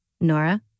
Nora